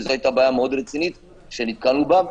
וזו היתה בעיה מאוד רצינית ללכת שנתקלנו בה,